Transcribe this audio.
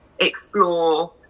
explore